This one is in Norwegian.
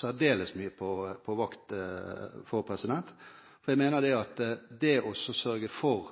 særdeles mye på vakt for, for jeg mener at det å sørge for